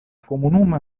komunumo